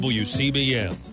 wcbm